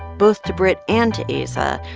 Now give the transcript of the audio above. both to britt and to aza,